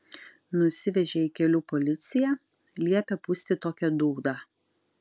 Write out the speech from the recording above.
nusivežė į kelių policiją liepė pūsti tokią dūdą